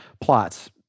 plots